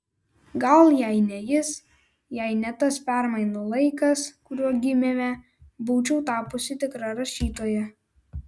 gal jei ne jis jei ne tas permainų laikas kuriuo gimėme būčiau tapusi tikra rašytoja